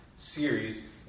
series